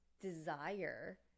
desire